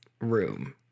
room